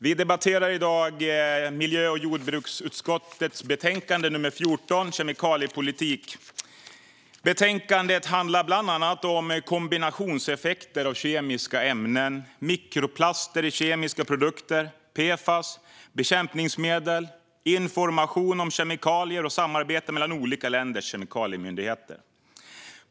Vi debatterar i dag miljö och jordbruksutskottets betänkande 14 om kemikaliepolitik. Betänkandet handlar bland annat om kombinationseffekter av kemiska ämnen, mikroplaster i kemiska produkter, PFAS, bekämpningsmedel, information om kemikalier och samarbete mellan olika länders kemikaliemyndigheter.